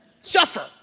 suffer